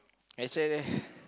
I swear leh